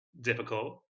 difficult